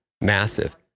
massive